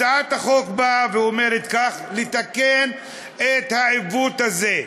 הצעת החוק באה ואומרת כך: לתקן את העיוות הזה.